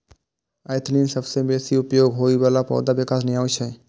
ethylene सबसं बेसी उपयोग होइ बला पौधा विकास नियामक छियै